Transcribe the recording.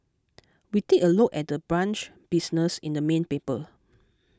we take a look at the brunch business in the main paper